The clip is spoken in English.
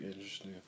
interesting